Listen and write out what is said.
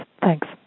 Thanks